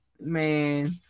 man